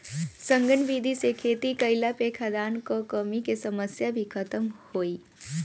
सघन विधि से खेती कईला पे खाद्यान कअ कमी के समस्या भी खतम होई